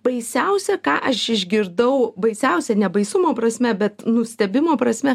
baisiausia ką aš išgirdau baisiausia ne baisumo prasme bet nustebimo prasme